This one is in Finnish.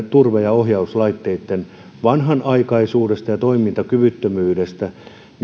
turva ja ohjauslaitteitten vanhanaikaisuudesta ja toimintakyvyttömyydestä